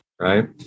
Right